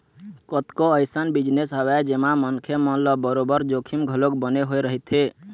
कतको अइसन बिजनेस हवय जेमा मनखे मन ल बरोबर जोखिम घलोक बने होय रहिथे